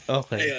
okay